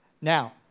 Now